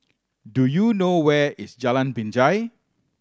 do you know where is Jalan Binjai